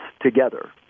together